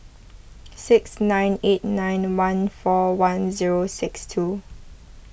six nine eight nine one four one zero six two